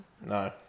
No